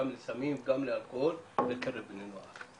גם לסמים וגם לאלכוהול בקרב בני נוער.